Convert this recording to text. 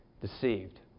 deceived